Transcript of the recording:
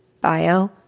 bio